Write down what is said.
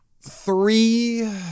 three